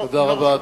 לא,